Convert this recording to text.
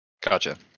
gotcha